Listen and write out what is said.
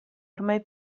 ormai